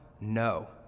No